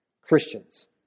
Christians